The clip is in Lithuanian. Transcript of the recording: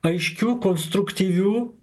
aiškių konstruktyvių